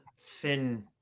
thin